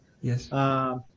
Yes